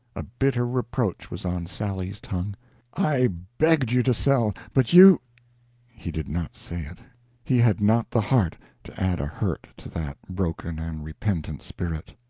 a bitter reproach was on sally's tongue i begged you to sell, but you he did not say it he had not the heart to add a hurt to that broken and repentant spirit.